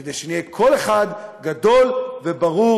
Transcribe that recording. וכדי שנהיה קול אחד גדול וברור,